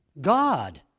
God